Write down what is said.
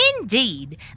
Indeed